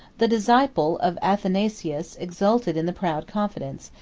the disciple of athanasius exulted in the proud confidence,